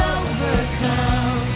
overcome